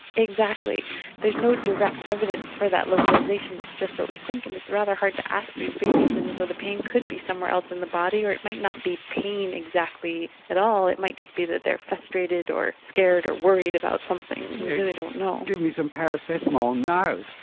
exactly, there is no direct evidence for that localisation, it's just what we think, and it's rather hard to ask these babies and and so the pain could be somewhere else in the body or it might not be pain exactly at all, it might just be that they are frustrated or scared or worried about something, we really don't know. give me some paracetamol now!